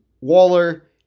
Waller